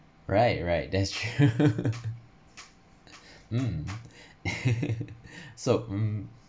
right right that's true um so um